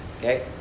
Okay